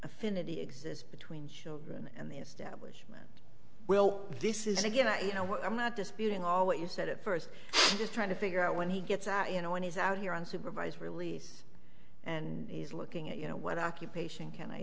affinity exists between children and the establishment well this is again a you know what i'm not disputing all what you said at first just trying to figure out when he gets out you know when he's out here on supervised release and he's looking at you know what